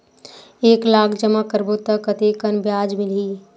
एक लाख जमा करबो त कतेकन ब्याज मिलही?